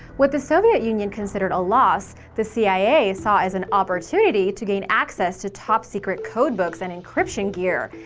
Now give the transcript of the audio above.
what the soviet union considered a loss, the cia saw as an opportunity to gain access to top-secret codebooks and encryption gear.